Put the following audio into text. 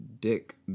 Dick